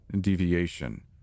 deviation